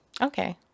Okay